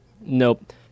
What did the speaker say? Nope